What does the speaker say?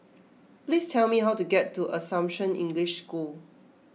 please tell me how to get to Assumption English School